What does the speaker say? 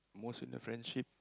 most in a friendship